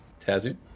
Tazu